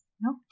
No